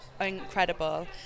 incredible